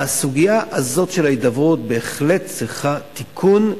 הסוגיה הזאת של ההידברות בהחלט צריכה תיקון.